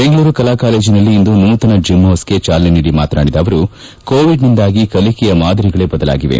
ಬೆಂಗಳೂರು ಕಲಾ ಕಾಲೇಜ್ನಲ್ಲಿ ಇಂದು ನೂತನ ಜಿಮ್ಹೌಸ್ಗೆ ಚಾಲನೆ ನೀಡಿ ಮಾತನಾಡಿದ ಅವರು ಕೋವಿಡ್ನಿಂದಾಗಿ ಕಲಿಕೆಯ ಮಾದರಿಗಳೇ ಬದಲಾಗಿವೆ